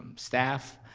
staff.